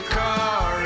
car